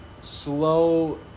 slow